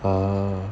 ah